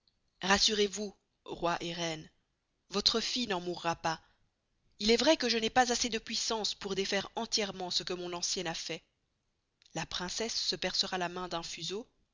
rassurez-vous roi et reine vostre fille n'en mourra pas il est vrai que je n'ay pas assez de puissance pour défaire entierement ce que mon ancienne a fait la princesse se percera la main d'un fuseau